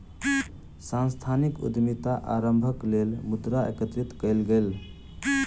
सांस्थानिक उद्यमिता आरम्भक लेल मुद्रा एकत्रित कएल गेल